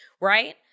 right